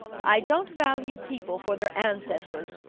i don't value people for their ancestors,